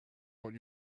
what